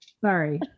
Sorry